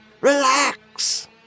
Relax